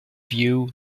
view